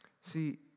See